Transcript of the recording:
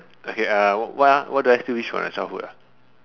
okay what what do I still wish from my childhood